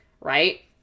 right